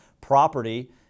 property